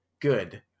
Good